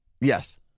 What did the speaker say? Yes